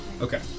Okay